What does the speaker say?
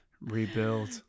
rebuild